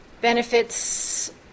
benefits